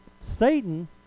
Satan